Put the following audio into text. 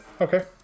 Okay